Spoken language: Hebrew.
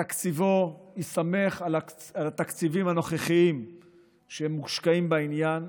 תקציבו מסתמך על התקציבים הנוכחיים שמושקעים בעניין,